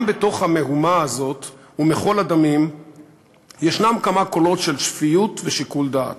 גם בתוך המהומה הזאת ומחול הדמים יש כמה קולות של שפיות ושיקול דעת.